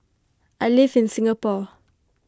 I live in Singapore